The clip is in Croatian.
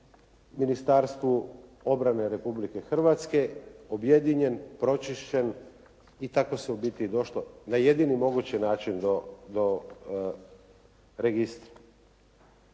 Ministarstvu obrane Republike Hrvatske, objedinjen, pročišćen i tako se u biti došlo na jedini mogući način do registra.